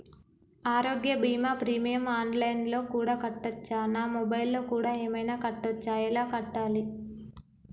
ఆరోగ్య బీమా premium online లో కూడా కట్టచ్చా? నా మొబైల్లో కూడా ఏమైనా కట్టొచ్చా? ఎలా కట్టాలి?